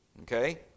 Okay